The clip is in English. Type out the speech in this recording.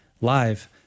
live